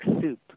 soup